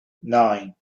nine